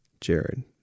Jared